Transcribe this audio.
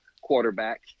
quarterback